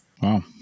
Wow